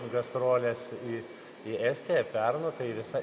į gastroles į į estiją į pernu tai visa